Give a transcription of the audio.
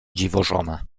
dziwożona